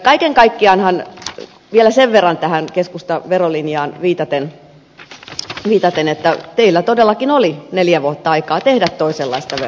kaiken kaikkiaanhan vielä sen verran tähän keskustan verolinjaan viitaten teillä todellakin oli neljä vuotta aikaa tehdä toisenlaista veropolitiikkaa